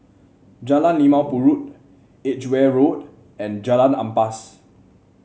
Jalan Limau Purut Edgeware Road and Jalan Ampas